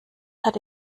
hatte